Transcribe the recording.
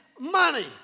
money